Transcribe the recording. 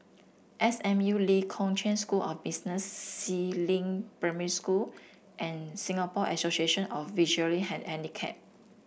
S M U Lee Kong Chian School of Business Si Ling Primary School and Singapore Association of Visually